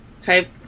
type